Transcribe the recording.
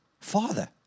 father